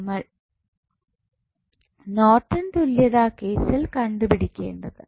നമ്മൾ നോർട്ടൺ തുല്യത കേസിൽ കണ്ടുപിടിക്കേണ്ടത്